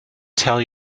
tell